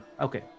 okay